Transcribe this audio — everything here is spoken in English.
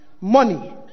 money